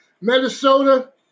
Minnesota